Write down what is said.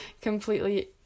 completely